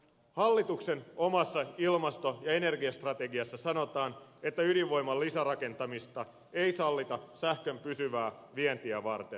hallituksen omassa ilmasto ja energiastrategiassa sanotaan että ydinvoiman lisärakentamista ei sallita sähkön pysyvää vientiä varten